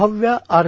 सहाव्या आर